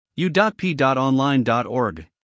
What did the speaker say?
u.p.online.org